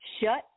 Shut